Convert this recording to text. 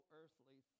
earthly